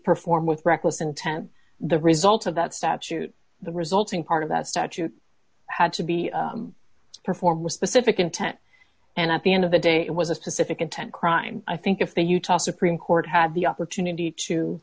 perform with reckless intent the result of that statute the resulting part of that statute had to be performed with specific intent and at the end of the day it was a specific intent crime i think if the utah supreme court had the opportunity to